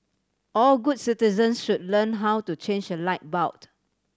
all good citizens should learn how to change a light bulb